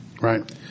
right